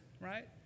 right